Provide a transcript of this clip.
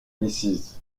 mrs